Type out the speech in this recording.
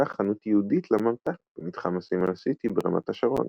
פתחה חנות ייעודית לממתק במתחם הסינמה סיטי ברמת השרון.